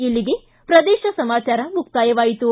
ಇಲ್ಲಿಗೆ ಪ್ರದೇಶ ಸಮಾಚಾರ ಮುಕ್ತಾಯವಾಯಿತು